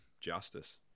justice